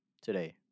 Today